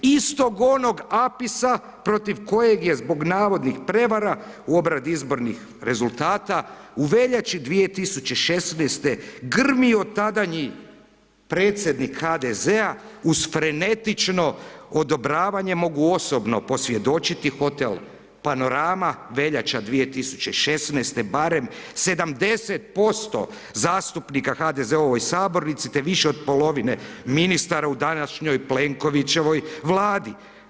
Istog onog APIS-a protiv kojeg je zbog navodnih prevara u obradi izbornih rezultata u veljači 2016. grmio tadanji predsjednik HDZ-a uz frenetično odobravanje mogu osobno posvjedočiti Hotel Panorama, veljača 2016. barem 70% zastupnika HDZ-a u ovoj sabornici te više od polovine ministara u današnjoj Plenkovićevoj vladi.